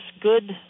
good